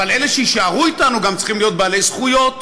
אבל אלה שיישארו אתנו גם צריכים להיות בעלי זכויות,